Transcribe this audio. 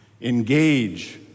Engage